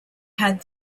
had